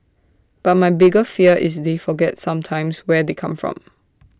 but my bigger fear is they forget sometimes where they come from